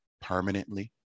permanently